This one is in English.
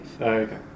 Okay